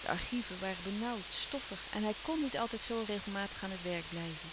de archieven waren benauwd stoffig en hij kn niet altijd zoo regelmatig aan het werk blijven